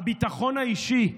הביטחון האישי,